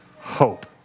hope